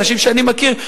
אנשים שאני מכיר,